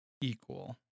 equal